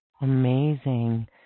amazing